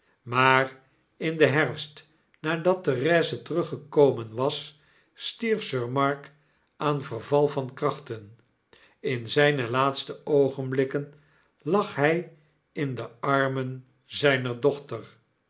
maar in den herfst nadat therese teruggekomen was stierf sir mark aan verval van krachten in zyne laatste oogenblikken lag hy in de armen zyner dochter